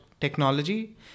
technology